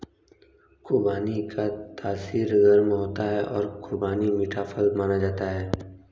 खुबानी का तासीर गर्म होता है और खुबानी मीठा फल माना जाता है